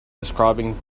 describing